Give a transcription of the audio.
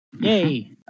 Yay